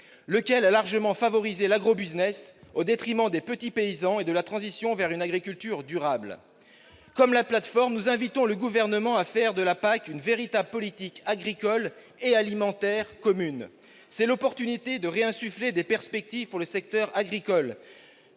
dernier a largement favorisé l'agrobusiness au détriment des petits paysans et de la transition vers une agriculture durable. Comme la plateforme, nous invitons le Gouvernement à faire de la PAC une véritable politique agricole et alimentaire commune. C'est l'occasion de réinsuffler des perspectives pour le secteur agricole